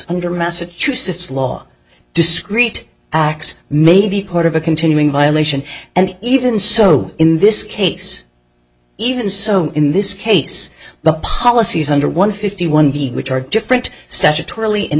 under massachusetts law discrete acts may be part of a continuing violation and even so in this case even so in this case but policies under one fifty one which are different